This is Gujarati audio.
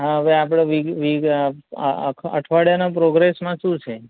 હા હવે આપણે વી વી આખા અઠવાડિયાના પ્રોગ્રેસમાં શું છે